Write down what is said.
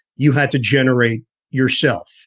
you had to generate yourself.